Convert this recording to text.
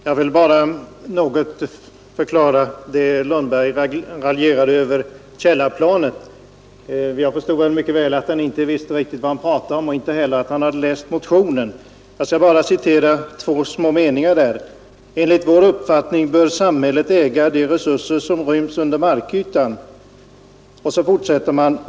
Herr talman! Herr Lundberg raljerade över att jag talade om källarplanet. Jag vill bara förklara det. Jag förstod mycket väl att herr Lundberg inte visste riktigt vad han pratade om och att han inte heller läst motionen. Jag skall bara be att få citera två meningar ur motion 1050 där det står följande: ”Enligt vår uppfattning bör samhället äga de resurser som ryms under markytan.